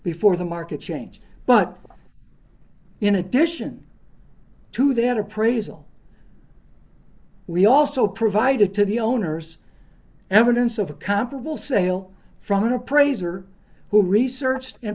before the market change but in addition to that appraisal we also provided to the owners evidence of a comparable sale from an appraiser who researched and